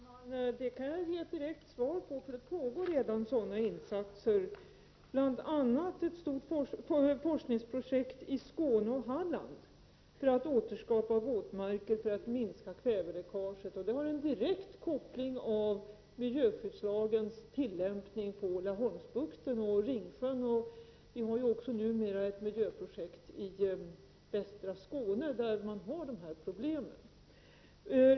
Herr talman! Detta kan jag ge ett entydigt svar på. Sådana insatser pågår redan, bl.a. pågår ett forskningsprojekt som berör Skåne och Halland. Det syftar till att återskapa våtmarker för att minska kväveläckaget. Det har en direkt koppling till miljöskyddslagens tillämpning med avseende på Laholmsbukten och Ringsjön. Det pågår också numera ett miljöprojekt i västra Skåne där dessa problem finns.